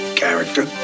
character